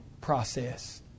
process